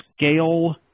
scale